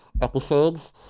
episodes